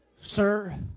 sir